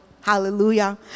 Hallelujah